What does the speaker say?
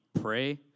pray